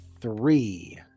three